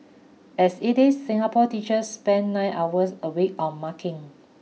as it is Singapore teachers spend nine hours a week on marking